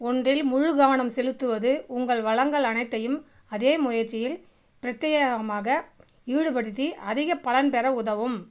ஒன்றில் முழுக்கவனம் செலுத்துவது உங்கள் வளங்கள் அனைத்தையும் அதே முயற்சியில் பிரத்யேகமாக ஈடுபடுத்தி அதிகப் பலன் பெற உதவும்